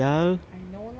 I know lah but